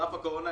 על אף הקורונה,